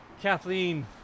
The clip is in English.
Kathleen